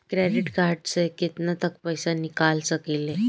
Credit card से केतना तक पइसा निकाल सकिले?